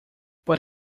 but